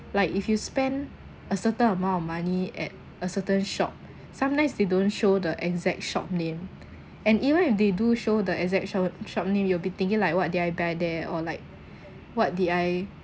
like if you spend a certain amount of money at a certain shop sometimes they don't show the exact shop name and even if they do show the exact sho~ shop name you'll be thinking like what did I buy there or like what did I